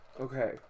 Okay